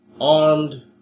armed